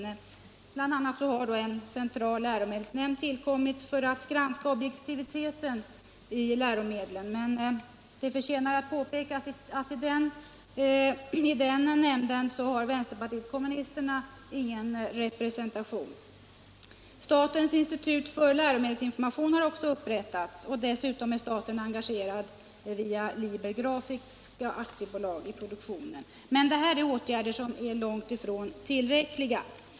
a. har ju en central läromedelsnämnd tillkommit för att granska objektiviteten i läromedlen, men det förtjänar att påpekas att vänsterpartiet kommunisterna inte har någon representation i den nämnden. Statens institut för läromedelsinformation har också upprättats, och dessutom är staten engagerad i läromedelsproduktionen via Liber Grafiska AB. Dessa åtgärder är emellertid långt ifrån tillräckliga.